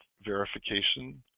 verification